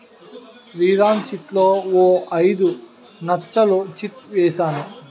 శ్రీరామ్ చిట్లో ఓ ఐదు నచ్చలు చిట్ ఏసాను